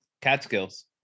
Catskills